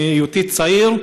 מהיותי צעיר,